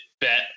bet